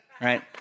Right